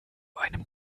einem